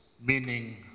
meaning